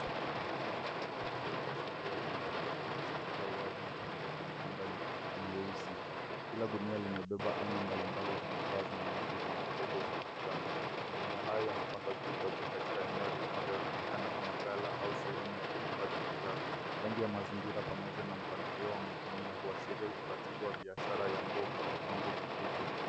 Magunia makubwa yaliyojaza nguo yamefungwa kwa plastiki ya wazi na kufungwa kwa mikanda mieusi kila gunia limebeba aina mbali mbali za mavazi na mengine yana label za manjano magunia hayo yamepangwa juu kwa juu kwa eneo linaloonekana kama gala au sehemu ya kuhifadhi bidhaa rangi ya mazingira pamoja na mpangilio wa magunia huashiria utaratibu wa biashara ya nguo kwa kiwango kikubwa.